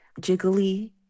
jiggly